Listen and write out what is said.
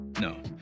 No